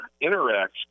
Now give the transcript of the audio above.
Interact